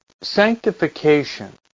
sanctification